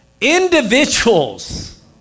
individuals